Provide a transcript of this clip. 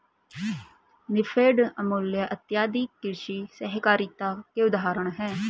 नेफेड, अमूल इत्यादि कृषि सहकारिता के उदाहरण हैं